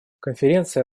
конференция